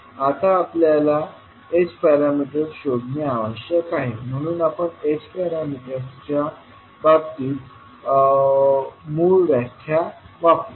आता आपल्याला h parameters शोधणे आवश्यक आहे म्हणून आपण h पॅरामीटर्सच्या बाबतीत मूळ व्याख्या वापरू